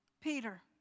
Peter